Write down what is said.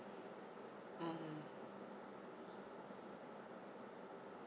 (uh huh)